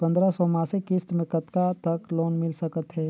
पंद्रह सौ मासिक किस्त मे कतका तक लोन मिल सकत हे?